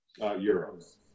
euros